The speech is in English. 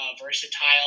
versatile